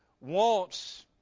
wants